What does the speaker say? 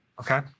Okay